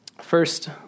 First